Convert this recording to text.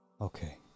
Okay